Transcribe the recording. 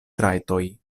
trajtoj